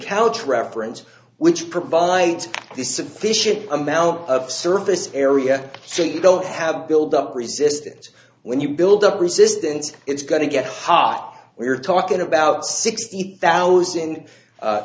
celts reference which provides this sufficient amount of surface area so you don't have buildup resistance when you build up resistance it's going to get hot we're talking about sixty thousand